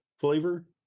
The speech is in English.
flavor